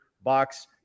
box